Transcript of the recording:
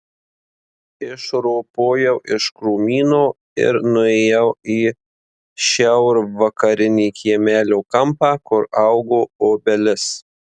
išropojau iš krūmyno ir nuėjau į šiaurvakarinį kiemelio kampą kur augo obelis